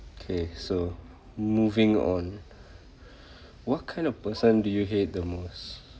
okay so moving on what kind of person do you hate the most